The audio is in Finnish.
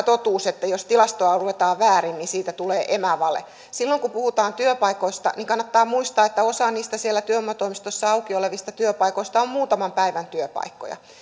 totuuden että jos tilastoa luetaan väärin niin siitä tulee emävale silloin kun puhutaan työpaikoista kannattaa muistaa että osa niistä siellä työvoimatoimistossa auki olevista työpaikoista on muutaman päivän työpaikkoja